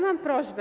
Mam prośbę.